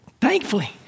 thankfully